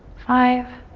five,